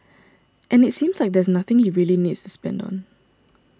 and it seems like there's nothing he really needs to spend on